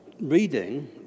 reading